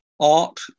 art